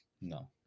No